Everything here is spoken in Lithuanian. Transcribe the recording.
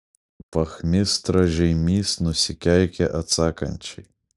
vachmistra žeimys nusikeikė atsakančiai